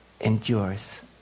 endures